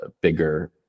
bigger